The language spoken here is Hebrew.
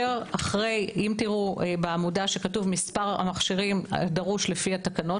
אם תראו בעמודה שכתוב "מספר המכשירים הדרוש ע"פ התקנות",